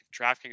DraftKings